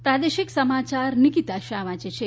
પ્રાદેશિક સમાયાર નિકિતા શાહ વાંચે છે